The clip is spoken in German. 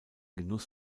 genuss